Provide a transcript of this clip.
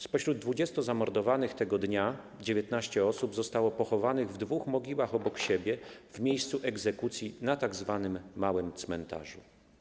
Spośród 20 zamordowanych tego dnia 19 osób zostało pochowanych w dwóch mogiłach obok siebie w miejscu egzekucji na tzw. małym cmentarzu.